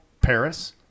paris